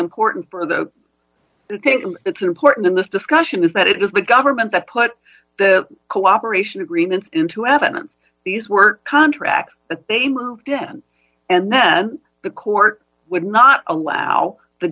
important for that that's important in this discussion is that it is the government that put the cooperation agreements into evidence these were contracts that they moved in and then the court would not allow the